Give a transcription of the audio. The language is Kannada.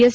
ಎಸ್